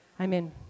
amen